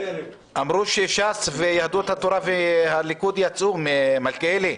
אמרו שש"ס, יהדות התורה והליכוד יצאו, מלכיאלי,